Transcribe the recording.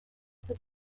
this